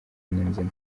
nzima